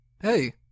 Hey